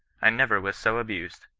i never was so abused.